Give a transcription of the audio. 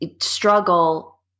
struggle